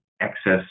excess